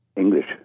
English